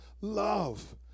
love